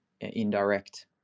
indirect